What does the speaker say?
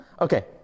Okay